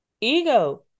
Ego